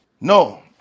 No